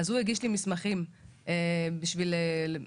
אז הוא הגיש לי מסמכים בשביל הביטוח.